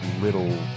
little